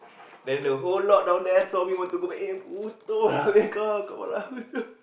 then the whole lot down there saw me want to go back in butoh lah kau kepala butoh